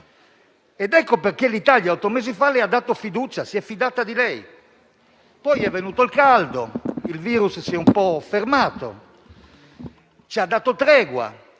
ed ecco perché l'Italia, otto mesi fa, le ha dato fiducia: si è fidata di lei. Poi è venuto il caldo, il virus si è un po' fermato, ci ha dato tregua